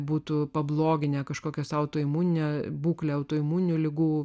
būtų pabloginę kažkokios autoimuninio būklė autoimuninių ligų